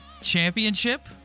championship